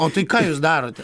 o tai ką jūs darote